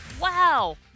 Wow